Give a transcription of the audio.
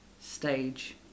stage